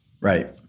Right